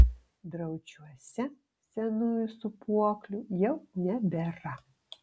draučiuose senųjų sūpuoklių jau nebėra